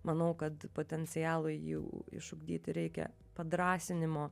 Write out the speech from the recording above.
manau kad potencialui jų išugdyti reikia padrąsinimo